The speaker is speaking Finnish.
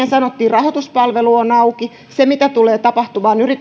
rahoituspalvelu on auki se mitä tulee tapahtumaan yritys ja